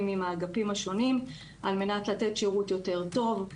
עם האגפים השונים על מנת לתת שירות יותר טוב.